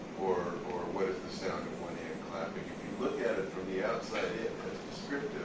or or what the sound of one hand clapping? if you look at it from the outside